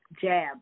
jab